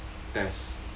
test